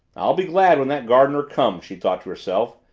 i'll be glad when that gardener comes, she thought to herself.